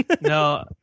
no